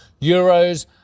euros